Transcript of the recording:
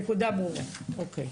הנקודה ברורה, אוקיי.